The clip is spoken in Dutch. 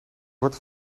wordt